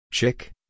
Chick